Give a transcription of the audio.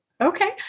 Okay